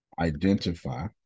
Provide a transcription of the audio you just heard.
identify